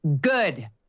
Good